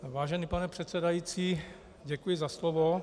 Vážený pane předsedající, děkuji za slovo.